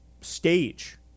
stage